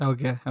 Okay